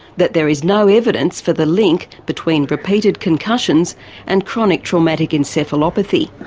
that there is no evidence for the link between repeated concussions and chronic traumatic encephalopathy.